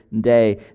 day